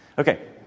Okay